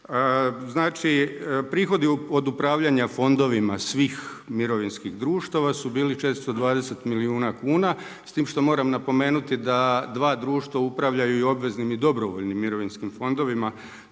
Znači, prihodi od upravljanja fondovima svih mirovinskih društava su bili 420 milijuna kuna. S tim što moram napomenuti da dva društva upravljaju i obveznim i dobrovoljnim mirovinskim fondovima,